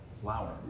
flour